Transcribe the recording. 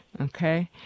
Okay